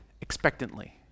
expectantly